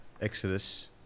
Exodus